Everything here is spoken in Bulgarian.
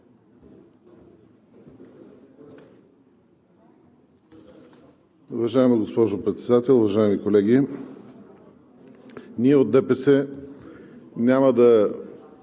Уважаема госпожо Председател, уважаеми колеги! Ние от ДПС няма да